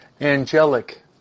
angelic